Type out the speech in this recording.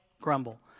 grumble